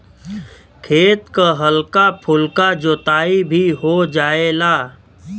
खेत क हल्का फुल्का जोताई भी हो जायेला